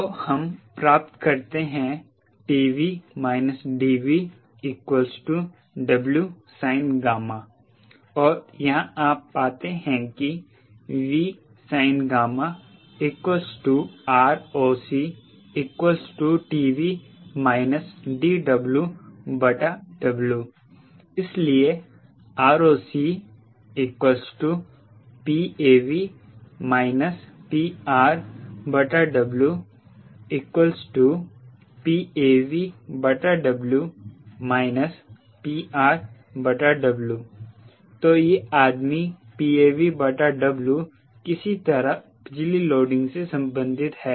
तो हम प्राप्त करते हैं 𝑇𝑉 − 𝐷𝑉 𝑊𝑠𝑖𝑛𝛾 और यहाँ आप पाते हैं कि 𝑉𝑠𝑖𝑛𝛾 ROC TV DWW इसलिए ROC Pav PRW PavW PRW तो यह आदमी PavW किसी तरह बिजली लोडिंग से संबंधित है